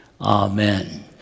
Amen